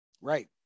Right